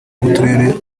b’uturere